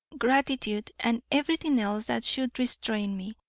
gratitude, and everything else that should restrain me,